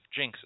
jinxes